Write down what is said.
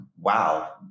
wow